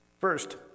First